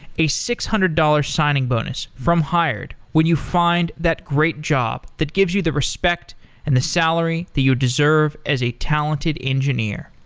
a six hundred dollars signing bonus from hired when you find that great job that gives you the respect and the salary that you deserve as a talented engineer.